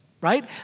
Right